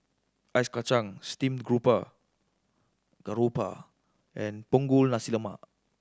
Ice Kachang Steamed Garoupa and Punggol Nasi Lemak